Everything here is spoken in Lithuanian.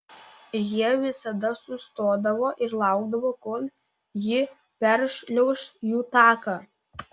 jie visada sustodavo ir laukdavo kol ji peršliauš jų taką